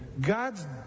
God's